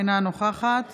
אינה נוכחת